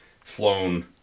flown